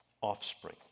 offspring